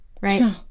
right